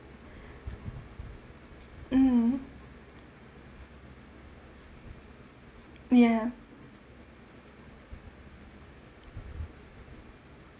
mm ya